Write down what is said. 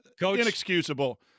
inexcusable